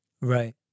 Right